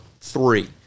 three